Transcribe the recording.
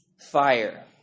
fire